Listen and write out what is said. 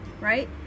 right